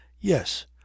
Yes